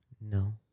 No